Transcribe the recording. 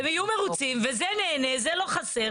וזה נהנה וזה לא חסר.